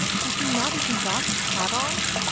has he not even got his hat on?